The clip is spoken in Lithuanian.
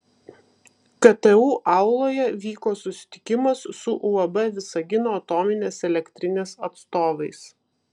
ktu auloje vyko susitikimas su uab visagino atominės elektrinės atstovais